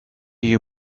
you